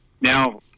now